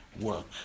work